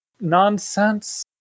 nonsense